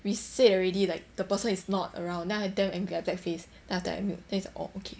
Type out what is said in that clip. we said already like the person is not around then I damn angry I black face then after that I mute then he's like oh okay